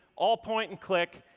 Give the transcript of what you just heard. all point and click,